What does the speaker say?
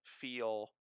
feel